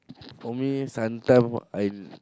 for me sometimes I